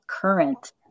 Current